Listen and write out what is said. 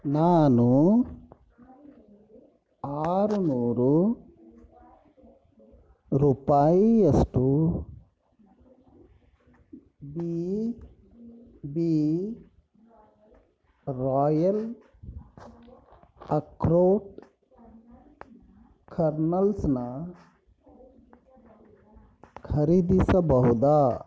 ನಾನೂ ಆರು ನೂರು ರೂಪಾಯಿಯಷ್ಟು ಬಿ ಬಿ ರಾಯಲ್ ಅಖ್ರೋಟ್ ಖರ್ನಲ್ಸನ್ನ ಖರೀದಿಸಬಹುದಾ